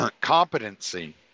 competency